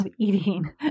eating